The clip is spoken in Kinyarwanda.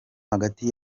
hagati